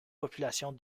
population